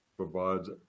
provides